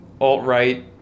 alt-right